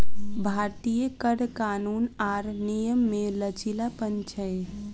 भारतीय कर कानून आर नियम मे लचीलापन छै